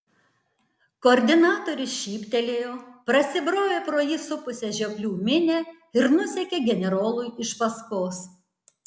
koordinatorius šyptelėjo prasibrovė pro jį supusią žioplių minią ir nusekė generolui iš paskos